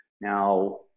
Now